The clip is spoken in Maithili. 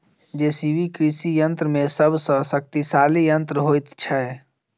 जे.सी.बी कृषि यंत्र मे सभ सॅ शक्तिशाली यंत्र होइत छै